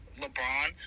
LeBron